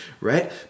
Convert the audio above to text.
right